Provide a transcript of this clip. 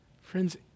Friends